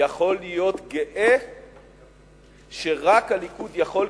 יכול להיות גאה שרק הליכוד יכול,